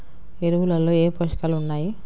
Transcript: ఎరువులలో ఏ పోషకాలు ఉన్నాయి?